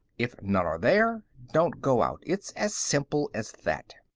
if none are there, don't go out. it's as simple as that.